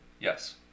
Yes